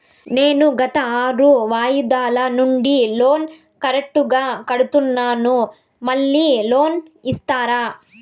నేను గత ఆరు వాయిదాల నుండి లోను కరెక్టుగా కడ్తున్నాను, మళ్ళీ లోను ఇస్తారా?